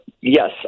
yes